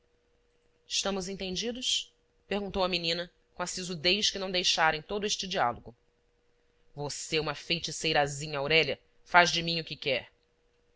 estamos entendidos perguntou a menina com a sisudez que não deixara em todo este diálogo você é uma feiticeirazinha aurélia faz de mim o que quer